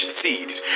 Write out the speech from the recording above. seeds